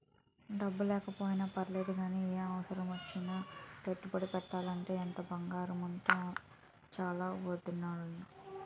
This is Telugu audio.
డబ్బు లేకపోయినా పర్లేదు గానీ, ఏ అవసరమొచ్చినా పెట్టుబడి పెట్టాలంటే ఇంత బంగారముంటే చాలు వొదినా